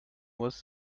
was